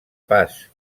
pas